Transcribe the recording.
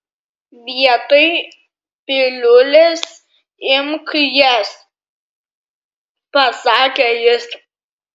vietoj piliulės imk jas pasakė jis